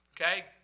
Okay